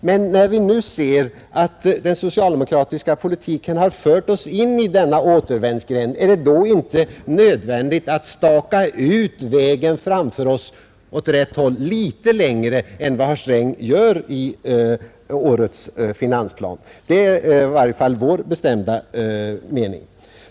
Men när den socialdemokratiska politiken nu fört oss in i en återvändsgränd, är det då inte nödvändigt att försöka staka ut vägen åt rätt håll litet längre än vad herr Sträng gör i årets finansplan? Det är i varje fall min bestämda mening.